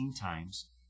times